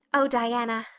oh, diana,